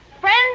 Friends